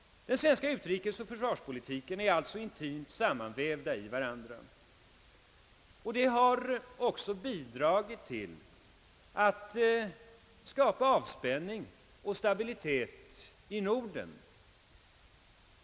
Den svenska utrikesoch försvarspolitiken är alltså intimt sammanvävda i varandra, och detta har också bidragit till att skapa avspänning och stabilitet i Norden.